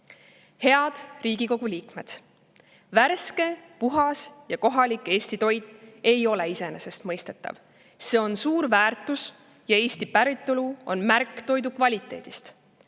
Head Riigikogu liikmed! Värske, puhas ja kohalik Eesti toit ei ole iseenesestmõistetav. See on suur väärtus ja Eesti päritolu on märk toidu kvaliteedist.